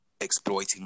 exploiting